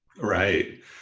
Right